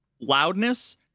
loudness